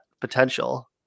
potential